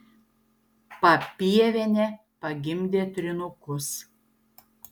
papievienė pagimdė trynukus